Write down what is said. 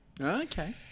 Okay